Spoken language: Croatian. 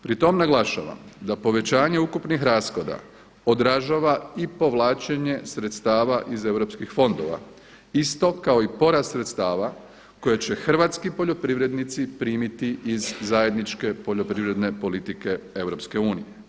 Pri tom naglašavam da povećanje ukupnih rashoda odražava i povlačenje sredstava iz EU fondova isto kao i porast sredstava koje će hrvatski poljoprivrednici primiti iz zajedničke poljoprivredne politike EU.